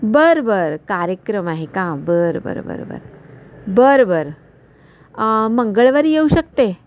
बर बर कार्यक्रम आहे का बर बर बर बर बर बर मंगळवारी येऊ शकते